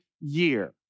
year